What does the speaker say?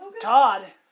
Todd